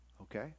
Okay